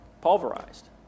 pulverized